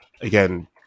again